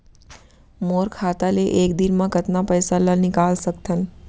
मोर खाता ले एक दिन म कतका पइसा ल निकल सकथन?